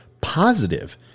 positive